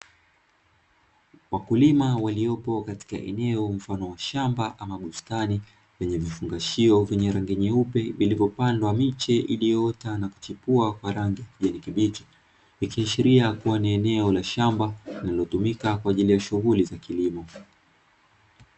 Wakulima waliopo katika eneo mfano wa shamba ama bustani lenye vifungashio vyenye rangi nyeupe ilivyopandwa miche iliyoota na kuchipua kwa rangi ya kijani kibichi, ikiashiria kuwa ni eneo la shamba linalotumika kwa ajili ya shughuli za kilimo.